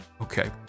Okay